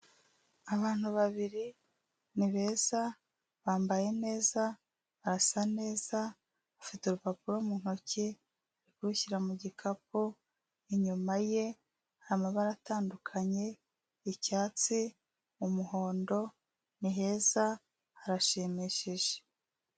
Abantu babiri ni beza, bambaye neza, barasa neza, afite urupapuro mu ntoki ari kurushyira mu gikapu, inyuma ye amabara atandukanye, icyatsi, umuhondo, ni heza harashimishije.